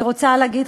אני רוצה להגיד,